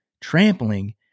Trampling